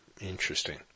Interesting